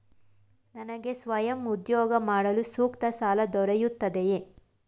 ನನಗೆ ಸ್ವಯಂ ಉದ್ಯೋಗ ಮಾಡಲು ಸೂಕ್ತ ಸಾಲ ದೊರೆಯುತ್ತದೆಯೇ?